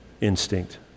instinct